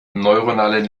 neuronale